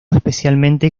especialmente